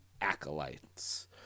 Acolytes